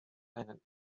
einen